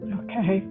okay